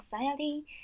anxiety